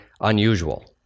unusual